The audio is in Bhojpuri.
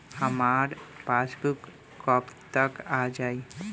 हमार पासबूक कब तक आ जाई?